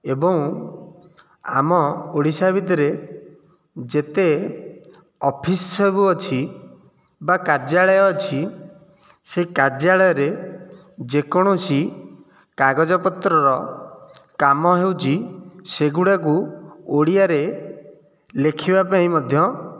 ଏବଂ ଆମ ଓଡ଼ିଶା ଭିତରେ ଯେତେ ଅଫିସ ସବୁ ଅଛି ବା କାର୍ଯ୍ୟାଳୟ ଅଛି ସେ କାର୍ଯ୍ୟାଳୟରେ ଯେକୌଣସି କାଗଜ ପତ୍ରର କାମ ହେଉଛି ସେଗୁଡ଼ାକୁ ଓଡ଼ିଆରେ ଲେଖିବା ପାଇଁ ମଧ୍ୟ